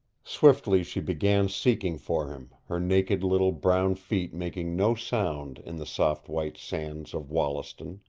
swiftly she began seeking for him, her naked little brown feet making no sound in the soft white sands of wollaston.